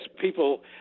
people